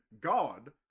god